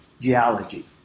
geology